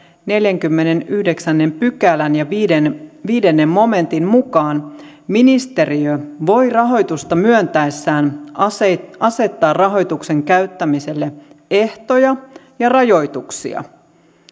neljännenkymmenennenyhdeksännen pykälän viidennen momentin mukaan ministeriö voi rahoitusta myöntäessään asettaa rahoituksen käyttämiselle ehtoja ja rajoituksia